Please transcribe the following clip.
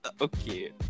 Okay